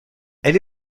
elle